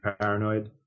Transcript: paranoid